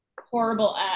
horrible